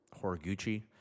Horiguchi